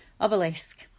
obelisk